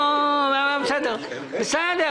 אני אבצע אותה בצורה הכי טובה מבחינת